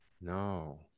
No